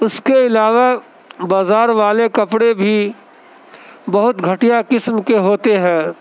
اس کے علاوہ بازار والے کپڑے بھی بہت گھٹیا قسم کے ہوتے ہیں